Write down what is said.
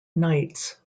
nights